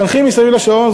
מחנכים מסביב לשעון,